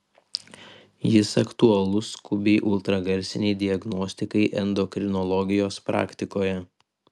jis aktualus skubiai ultragarsinei diagnostikai endokrinologijos praktikoje